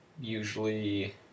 usually